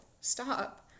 stop